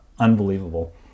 unbelievable